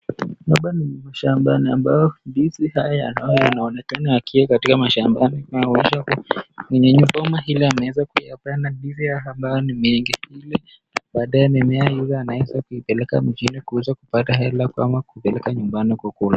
Hapa ni mashambani ambapo ndizi hizi ambazo zinaonekana ziko katika mashambani. Maonyesho kuwa amenyunyizia ama ile ameweza kuipanda ndizi hizi ambazo ni nyingi, ili baadaye mimea yule anaweza kuipeleka mjini kuuza kupata hela ama kuipeleka nyumbani kwa kuliwa.